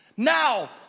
Now